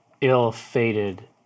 ill-fated